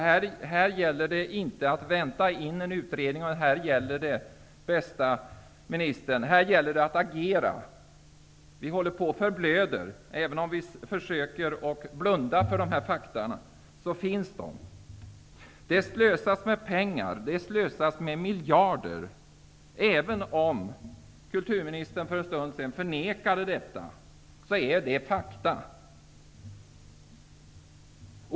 Här gäller det inte att vänta på en utredning utan här, bästa ministern, gäller det att agera. Vi håller på att förblöda. Även om vi försöker blunda för dessa fakta, så finns de. Det slösas med pengar. Det slösas med miljarder. Även om kulturministern för en stund sedan förnekade detta, så är det fakta.